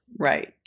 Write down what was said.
Right